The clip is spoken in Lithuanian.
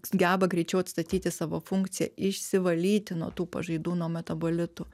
geba greičiau atstatyti savo funkciją išsivalyti nuo tų pažaidų nuo metabolitų